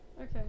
Okay